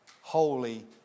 Holy